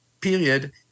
period